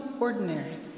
ordinary